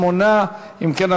38. אם כן,